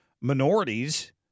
minorities